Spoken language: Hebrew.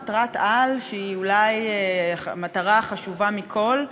מטרת-על, שהיא אולי מטרה חשובה מכול,